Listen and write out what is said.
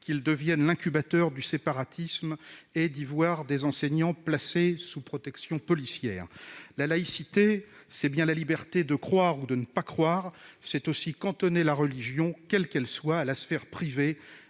qu'il devienne l'incubateur du séparatisme, non plus que de voir des enseignants placés sous protection policière. La laïcité, c'est la liberté de croire ou de ne pas croire. C'est aussi cantonner la religion, quelle qu'elle soit, à la sphère privée,